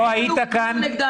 אין לנו כלום נגדם,